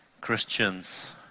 Christians